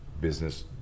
business